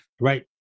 Right